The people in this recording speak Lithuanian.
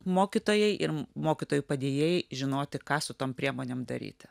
mokytojai ir mokytojų padėjėjai žinoti ką su tom priemonėm daryti